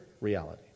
reality